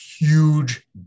huge